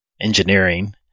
engineering